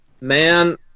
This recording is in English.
man